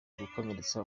gukomeretsa